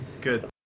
Good